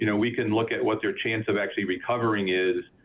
you know we can look at what their chance of actually recovering is